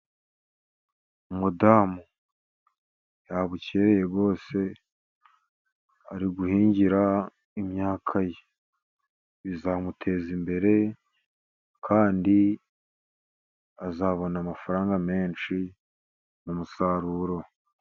Umudamu yabukereye rwose. Ari guhingira imyaka ye bizamuteza imbere, kandi azabona amafaranga menshi mu musaruro.